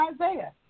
Isaiah